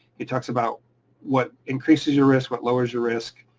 it talks about what increases your risk, what lowers your risk,